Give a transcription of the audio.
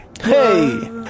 Hey